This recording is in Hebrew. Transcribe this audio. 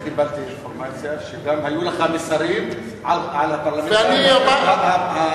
אני קיבלתי אינפורמציה שגם היו לך מסרים על הפרלמנטרים הצרפתים.